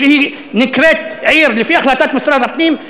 שנקראת "עיר" לפי החלטת משרד הפנים,